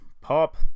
Pop